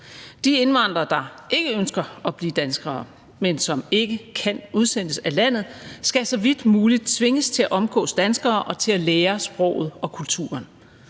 De indvandrere, der ikke ønsker at blive danskere, men som ikke kan udsendes af landet, skal så vidt muligt tvinges til at omgås danskere og til at lære sproget og kulturen.